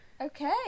Okay